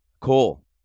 Cool